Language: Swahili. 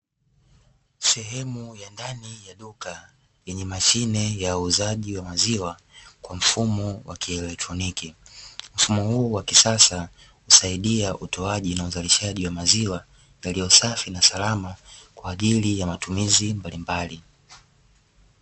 Sehemu ya ndani ya duka yenye mashine ya uuzaji wa maziwa kwa mfumo wa kielektroniki, mfumo huu wa kisasa husaidia utoaji na uzalishaji maziwa yaliyo safi na salama kwa ajili ya matumizi mbalimbali.